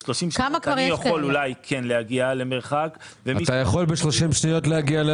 אני אולי יכול להגיע למרחב מוגן ב-30 שניות,